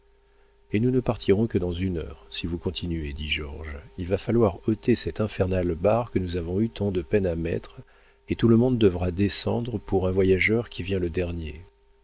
et nous ne partirons pas dans une heure si vous continuez dit georges il va falloir ôter cette infernale barre que nous avons eu tant de peine à mettre et tout le monde devra descendre pour un voyageur qui vient le dernier